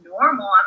normal